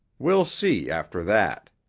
we'll see after that.